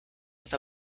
with